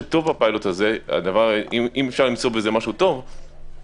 ובשבוע שעבר הוחלט לנסות לעשות פיילוט ניסיוני לגבי הקניונים.